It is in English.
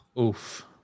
Oof